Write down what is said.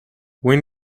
when